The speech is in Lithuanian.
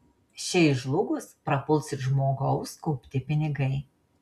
šiai žlugus prapuls ir žmogaus kaupti pinigai